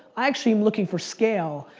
i actually am looking for scale,